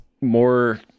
more